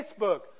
Facebook